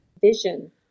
vision